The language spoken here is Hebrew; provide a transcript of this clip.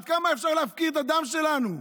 עד כמה אפשר להפקיר את הדם שלנו?